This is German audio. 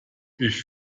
ich